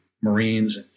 Marines